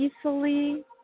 easily